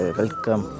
welcome